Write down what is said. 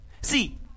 See